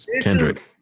Kendrick